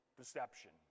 deception